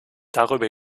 darüber